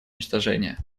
уничтожения